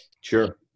Sure